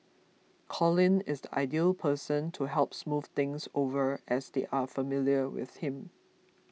Colin is the ideal person to help smooth things over as they are familiar with him